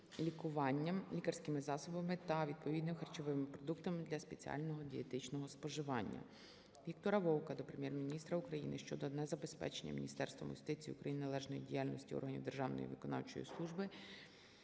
лікуванням, лікарськими засобами та відповідними харчовими продуктами для спеціального дієтичного споживання. Віктора Вовка до Прем'єр-міністра України щодо незабезпечення Міністерством юстиції України належної діяльності органів державної виконавчої служби